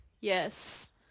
Yes